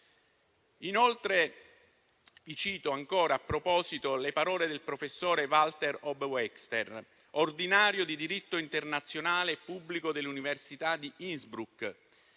Inoltre, cito ancora a proposito le parole del professor Walter Obwexer, ordinario di diritto internazionale pubblico all'Università di Innsbruck,